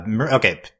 okay